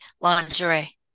lingerie